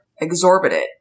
exorbitant